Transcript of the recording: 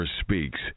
speaks